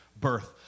birth